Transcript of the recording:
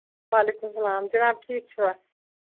وعلیکُم سَلام جِناب ٹھیٖک چھِوٕ